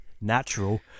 Natural